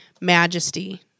Majesty